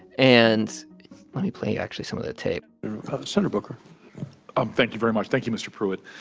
and let me play you, actually, some of the tape senator booker um thank you very much. thank you, mr. pruitt.